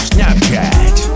Snapchat